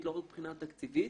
משפטית, לא רק מבחינה תקציבית